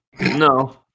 no